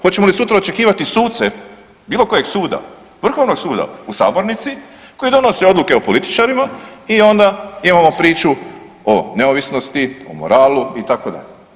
Hoćemo li sutra očekivati suce bilo kojeg suda, Vrhovnog suda u sabornici koji donose odluke o političarima i onda imamo priču o neovisnosti o moralu itd.